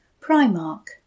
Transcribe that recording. Primark